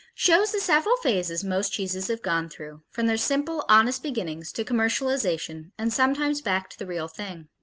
shows the several phases most cheeses have gone through, from their simple, honest beginnings to commercialization, and sometimes back to the real thing.